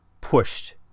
pushed